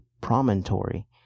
promontory